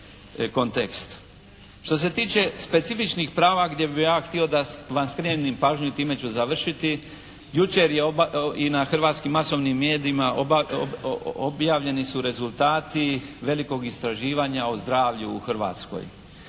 Što se tiče specifičnih prava gdje bi ja htio da vam skrenem pažnju i time ću završiti jučer je i na hrvatskim masovnim medijima objavljeni su rezultati velikog istraživanja o zdravlju u Hrvatskoj.